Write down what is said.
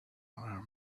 arm